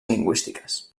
lingüístiques